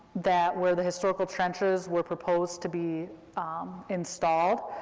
that were, the historical trenches were proposed to be um installed.